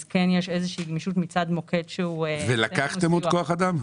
אז כן יש איזושהי גמישות מצד מוקד שהוא --- ולקחתם עוד כוח אדם?